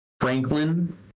franklin